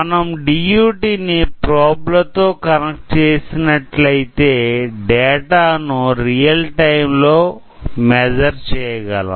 మనం DUT ని ప్రోబ్లతో కనెక్ట్ చేసినట్లయి తే డేటా ను రియల్ టైం లో మెసర్ చేయగలం